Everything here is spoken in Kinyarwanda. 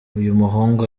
uyumuhungu